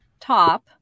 top